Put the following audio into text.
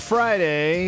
Friday